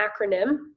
acronym